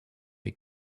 wie